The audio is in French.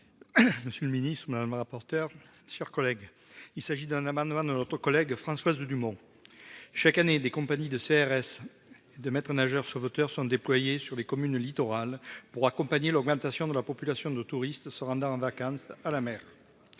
Monsieur le Ministre Madame rapporteur sur collègue. Il s'agit d'un amendement de notre collègue Françoise Dumont. Chaque année les compagnies de CRS de maîtres nageurs sauveteurs sont déployés sur les communes littorales pour accompagner l'augmentation de la population de touristes se rendant en vacances à la mer.